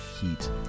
heat